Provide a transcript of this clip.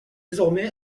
désormais